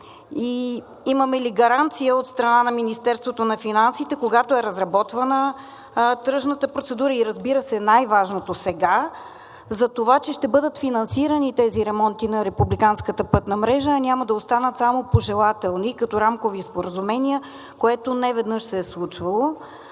и имаме ли гаранция от страна на Министерството на финансите, когато е разработвана тръжната процедура, и разбира се, най-важното сега, затова, че ще бъдат финансирани тези ремонти на републиканската пътна мрежа, а няма да останат само пожелателни, като рамкови споразумения, което неведнъж се е случвало?